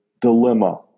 dilemma